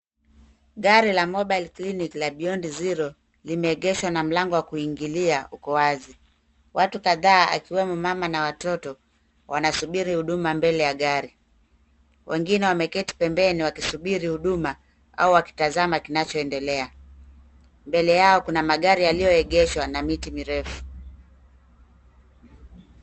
Gari la mobile clinic la beyond zero limeegeshwa na mlango wa kuingilia uko wazi. Watu kadhaa akiwemo mama na watoto wanasubiri huduma mbele ya gari. Wengine wameketi pembeni wakisubiri huduma au wakitazama kinachoendelea. Mbele yao kuna magari yaliyoegeshwa na miti mirefu.